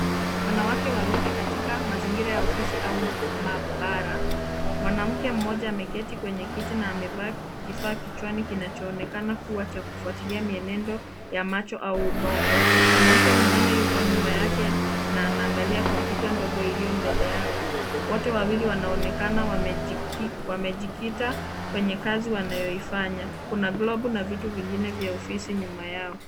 Wanawake wawili katika mazingira ya ofisi au maabara. Mwanamke mmoja ameketi kwenye kiti na amevaa kifaa kichwani kinachoonekana kuwa cha kufuatilia mienendo ya macho au ubongo. Mwanamke mwingine yuko nyuma yake na anaangalia kompyuta ndogo iliyo mbele yao. Wote wawili wanaonekana wamejikita kwenye kazi wanayoifanya. Kuna globe na vitu vingine vya ofisi nyuma yao.